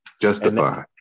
Justify